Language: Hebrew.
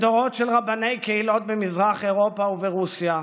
מדורות של רבני קהילות במזרח אירופה וברוסיה,